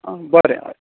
आं बरें हय